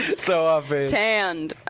so off tanned!